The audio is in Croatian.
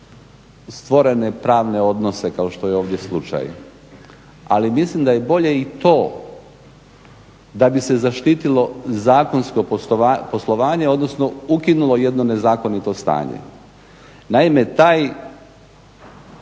stvorene pravne odnose kao što je ovdje slučaj. Ali mislim da je bolje i to da bi se zaštitilo zakonsko poslovanje, odnosno ukinulo jedno nezakonito stanje. Naime ta